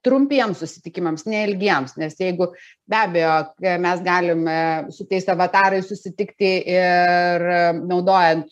trumpiems susitikimams neilgiems nes jeigu be abejo mes galime su tais avatarais susitikti ir naudojant